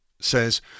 says